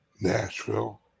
Nashville